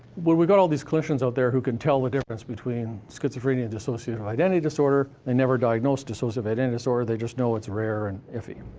well, we've got all these clinicians out there who can tell the difference between schizophrenia and dissociative identity disorder they never diagnosed dissociative identity and disorder, they just know it's rare and iffy.